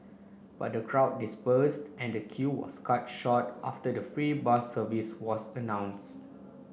but the crowd dispersed and the queue was cut short after the free bus service was announced